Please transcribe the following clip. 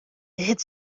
بهت